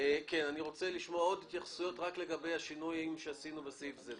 אני רוצה לשמוע עוד התייחסויות רק לגבי השינויים שעשינו בסעיף זה,